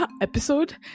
episode